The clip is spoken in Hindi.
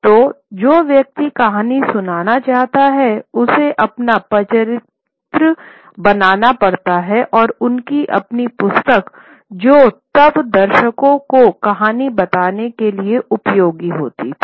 तो जो व्यक्ति कहानी सुनाना चाहता है उसे अपना पचरित्र बनाना पड़ता है और उनकी अपनी पुस्तक जो तब दर्शकों को कहानी बताने के लिए उपयोग होती थी